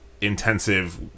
intensive